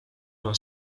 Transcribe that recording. ala